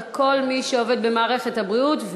לכל מי שעובד במערכת הבריאות,